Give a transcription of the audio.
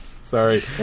Sorry